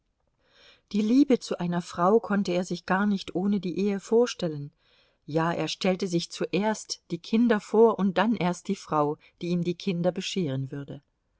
die liebe zu einer frau konnte er sich gar nicht ohne die ehe vorstellen ja er stellte sich zuerst die kinder vor und dann erst die frau die ihm die kinder bescheren würde